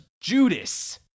Judas